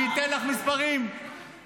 אני אתן לך מספרים, קטי.